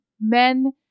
men